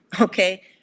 okay